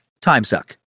timesuck